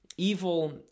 Evil